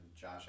Josh